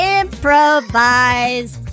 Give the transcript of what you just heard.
improvise